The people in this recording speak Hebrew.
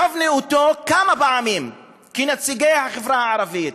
ישבנו אתו כמה פעמים כנציגי החברה הערבית,